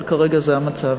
אבל כרגע זה המצב.